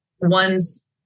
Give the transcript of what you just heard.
one's